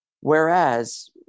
Whereas